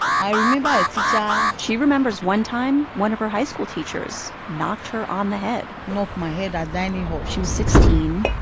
remember a teacher. she remembers one time one of her high school teachers knocked her on the head knocked my head at dining hall she was sixteen.